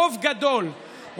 רוב גדול,